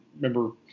remember